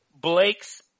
Blake's